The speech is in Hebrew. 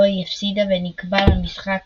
בו היא הפסידה ונקבע לה משחק